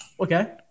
Okay